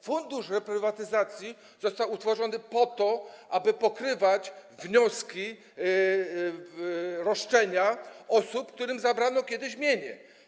Fundusz Reprywatyzacji został utworzony po to, aby pokrywać roszczenia osób, którym zabrano kiedyś mienie.